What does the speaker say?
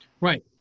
Right